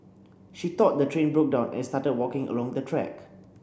she thought the train broke down and started walking along the track